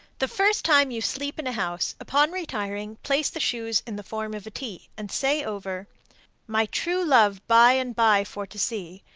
the first time you sleep in a house, upon retiring place the shoes in the form of a t, and say over my true love by-and-by for to see,